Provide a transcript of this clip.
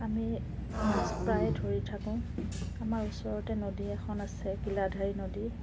আমি মাছ প্ৰায়ে ধৰি থাকোঁ আমাৰ ওচৰতে নদী এখন আছে গিলাধাৰী নদী